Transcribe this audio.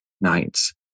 nights